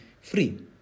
free